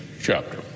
chapter